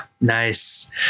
Nice